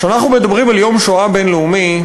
כשאנחנו מדברים על יום השואה הבין-לאומי,